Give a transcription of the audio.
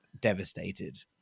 devastated